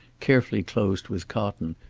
carefully closed with cotton,